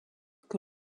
que